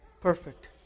perfect